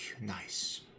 nice